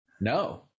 No